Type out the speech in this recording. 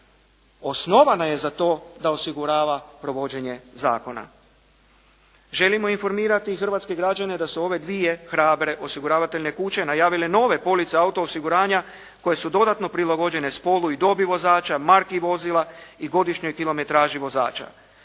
osnovana je za to da osigurava provođenje zakona. Želimo informirati hrvatske građane da su ove dvije hrabre osiguravateljne kuće najavile nove police auto osiguranja koje su dodatno prilagođene spolu i dobi vozača, marki vozila i godišnjoj kilometraži vozača.